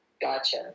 Gotcha